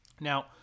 Now